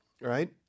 right